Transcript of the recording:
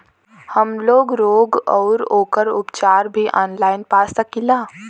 हमलोग रोग अउर ओकर उपचार भी ऑनलाइन पा सकीला?